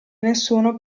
nessuno